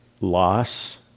loss